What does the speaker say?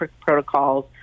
protocols